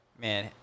man